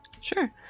Sure